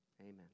Amen